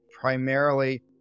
primarily